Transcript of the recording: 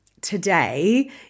today